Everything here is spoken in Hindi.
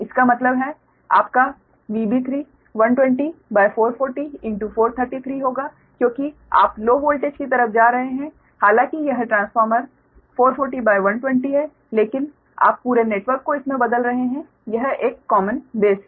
इसका मतलब है आपका VB3 120440433 होगा क्योंकि आप लो वोल्टेज की तरफ जा रहे हैं हालाँकि यह ट्रांसफार्मर 440120 है लेकिन आप पूरे नेटवर्क को इसमें बदल रहे हैं यह एक कॉमन बेस है